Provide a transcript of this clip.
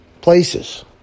places